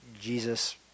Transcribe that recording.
Jesus